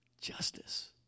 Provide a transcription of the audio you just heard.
Justice